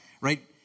right